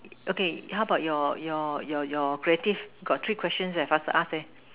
okay how about your your your your creative got three question eh faster ask leh